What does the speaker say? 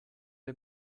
der